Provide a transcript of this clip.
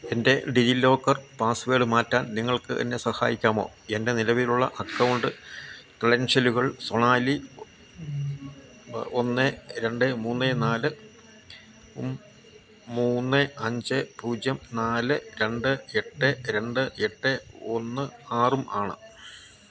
എൻ്റെ DigiLocker password മാറ്റാൻ നിങ്ങൾക്ക് എന്നെ സഹായിക്കാമോ എൻ്റെ നിലവിലുള്ള അക്കൗണ്ട് ക്രെഡൻഷ്യലുകൾ സൊണാലി ഒന്നേ രണ്ടേ മൂന്നേ നാല് ഉം മൂന്നേ അഞ്ചേ പൂജ്യം നാല് രണ്ട് രണ്ട് എട്ട് ഒന്ന് ആറും ആണ്